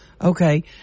Okay